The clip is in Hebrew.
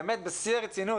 באמת, בשיא הרצינות.